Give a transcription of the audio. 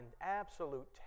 absolute